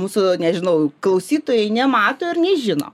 mūsų nežinau klausytojai nemato ir nežino